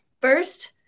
first